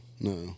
No